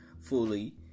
fully